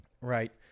right